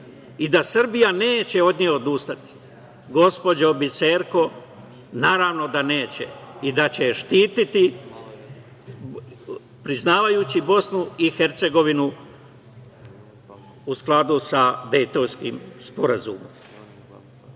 i da Srbija neće od nje odustati. Gospođo Biserko, naravno da neće i da će štititi priznavajući BiH u skladu sa Dejtonskim sporazumom.U